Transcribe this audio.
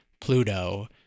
Pluto